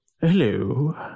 hello